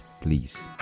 please